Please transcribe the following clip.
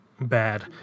bad